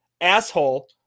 asshole